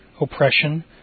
oppression